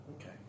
Okay